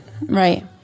Right